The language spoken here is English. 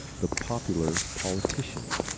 the popular politician